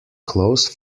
close